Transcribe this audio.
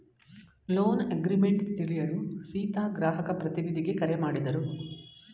loan agreement ತಿಳಿಯಲು ಸೀತಾ ಗ್ರಾಹಕ ಪ್ರತಿನಿಧಿಗೆ ಕರೆ ಮಾಡಿದರು